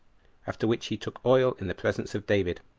after which he took oil in the presence of david,